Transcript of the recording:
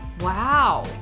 Wow